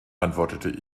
antwortete